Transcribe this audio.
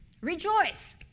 rejoice